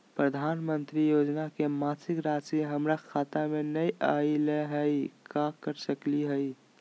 प्रधानमंत्री योजना के मासिक रासि हमरा खाता में नई आइलई हई, का कर सकली हई?